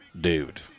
Dude